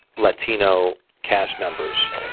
latino cast members,